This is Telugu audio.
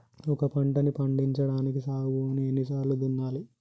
ఒక పంటని పండించడానికి సాగు భూమిని ఎన్ని సార్లు దున్నాలి?